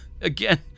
again